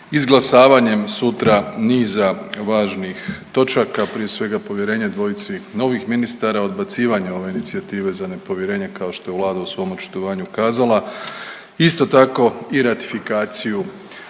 izglasavanjem sutra niza važnih točaka, prije svega povjerenje dvojici novih ministara, odbacivanja ove inicijative za nepovjerenje kao što je vlada u svom očitovanju kazala, isto tako i ratifikaciju